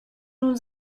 nun